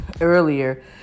earlier